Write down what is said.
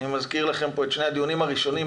אני מזכיר לכם את שני הדיונים הראשונים,